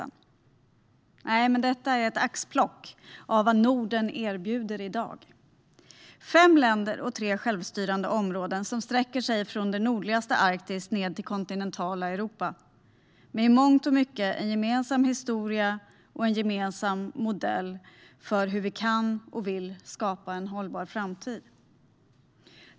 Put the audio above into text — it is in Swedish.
Nej, detta är ett axplock av vad Norden erbjuder i dag. Norden består av fem länder och tre självstyrande områden som sträcker sig från det nordligaste Arktis till det kontinentala Europa. Man har i mångt och mycket en gemensam historia och en gemensam modell för hur vi kan och vill skapa en hållbar framtid.